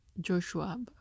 Joshua